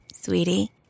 Sweetie